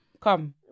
come